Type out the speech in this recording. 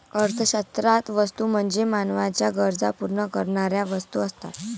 अर्थशास्त्रात वस्तू म्हणजे मानवाच्या गरजा पूर्ण करणाऱ्या वस्तू असतात